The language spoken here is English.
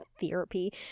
Therapy